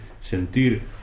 sentir